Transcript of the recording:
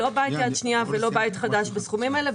לא בית יד שנייה ולא בית חדש בסכומים האלה.